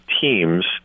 teams